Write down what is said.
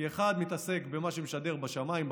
כי אחד מתעסק במה שמשדר בשמיים,